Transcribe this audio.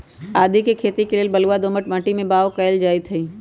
आदीके खेती लेल बलूआ दोमट माटी में बाओ कएल जाइत हई